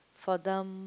for them